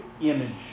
image